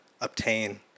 obtain